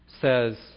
says